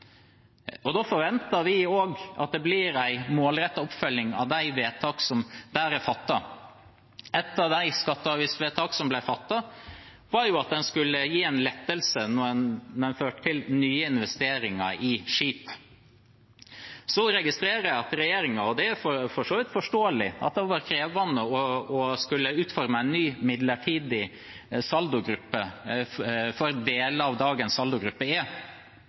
Da forventer vi også at det blir en målrettet oppfølging av de vedtak som der er fattet. Et av de skatteavgiftsvedtakene som ble fattet, var at en skulle gi en lettelse som førte til nye investeringer i skip. Jeg registrerer at regjeringen – og det er for så vidt forståelig – synes det har vært krevende å utforme en ny midlertidig saldogruppe for deler av dagens saldogruppe